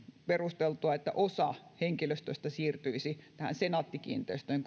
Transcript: perusteltua että osa henkilöstöstä siirtyisi senaatti kiinteistöjen